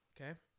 Okay